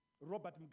Robert